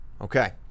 Okay